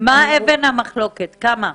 מה סלע המחלוקת, כמה?